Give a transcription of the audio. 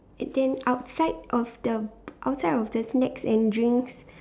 and then outside of the outside of the snacks and drinks